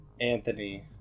Anthony